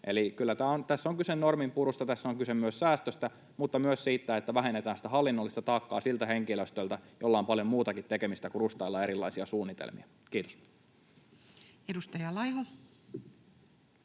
Eli kyllä tässä on kyse norminpurusta ja tässä on kyse myös säästöstä, mutta myös siitä, että vähennetään sitä hallinnollista taakkaa siltä henkilöstöltä, jolla on paljon muutakin tekemistä kuin rustailla erilaisia suunnitelmia. — Kiitos. [Speech